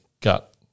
gut